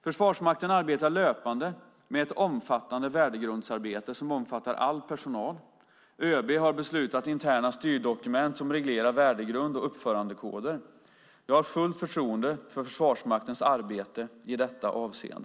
Försvarsmakten arbetar löpande med ett omfattande värdegrundsarbete som omfattar all personal. ÖB har beslutat om interna styrdokument som reglerar värdegrund och uppförandekoder. Jag har fullt förtroende för Försvarsmaktens arbete i detta avseende.